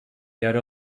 yer